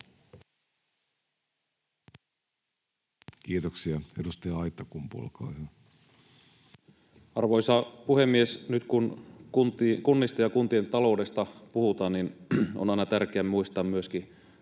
täydentämisestä Time: 15:30 Content: Arvoisa puhemies! Nyt kun kunnista ja kuntien taloudesta puhutaan, niin on aina tärkeää muistaa myöskin